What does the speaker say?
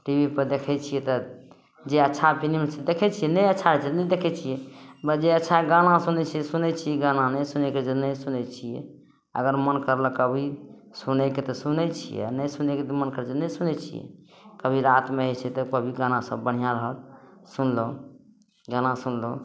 TB पर देखैत छियै तऽ जे अच्छा फिलिम छै देखै छियै नहि अच्छा छै नहि देखै छियै जे अच्छा गाना सुनै छियै सुनै छियै गाना नहि सुनै कऽ रहै छै नहि सुनै छियै अगर मन करलक अभी सुनैके तऽ सुनै छियै आ नहि सुनैके मन करै छै तऽ नहि सुनै छियै कभी रातिमे भए जाइत छै तऽ कभी गाना सब बढ़िआँ रहल सुनलहुँ गाना सुनलहुँ